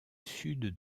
sud